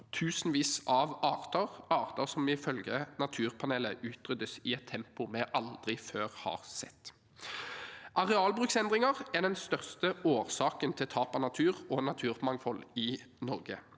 tusenvis av arter, arter som ifølge Naturpanelet utryddes i et tempo vi aldri før har sett. Arealbruksendringer er den største årsaken til tap av natur og naturmangfold i Norge.